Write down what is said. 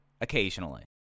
occasionally